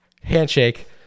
Handshake